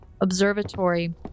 observatory